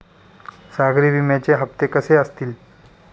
सागरी विम्याचे हप्ते कसे असतील?